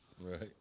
right